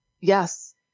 Yes